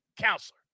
Counselor